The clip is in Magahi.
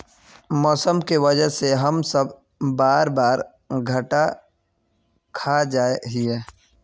मौसम के वजह से हम सब बार बार घटा खा जाए हीये?